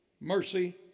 mercy